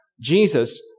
Jesus